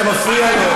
אתה מפריע לו.